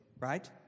right